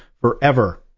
forever